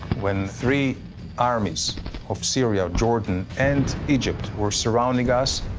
when three armies of syria, jordan, and egypt, were surrounding us,